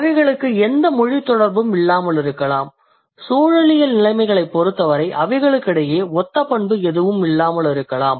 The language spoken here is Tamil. அவைகளுக்கு எந்த மொழித் தொடர்பும் இல்லாமல் இருக்கலாம் சூழலியல் நிலைமைகளைப் பொறுத்தவரை அவைகளுக்கிடையே ஒத்த பண்பு எதுவும் இல்லாமல் இருக்கலாம்